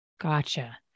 Gotcha